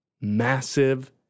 massive